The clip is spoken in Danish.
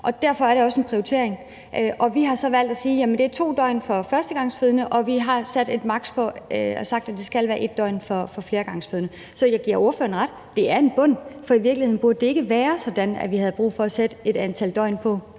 Derfor er der også en prioritering. Vi har så valgt at sige, at det er 2 døgn for førstegangsfødende, og at det skal være 1 døgn for flergangsfødende. Så jeg giver ordføreren ret i, at det er en bund; for i virkeligheden burde det ikke være sådan, at vi havde brug for at sætte et antal døgn på